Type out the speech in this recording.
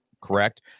correct